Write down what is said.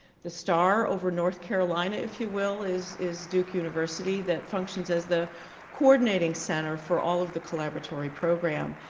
the star over north carolina if you will is is duke university that functions as the coordinating center for all of the collaboratory program.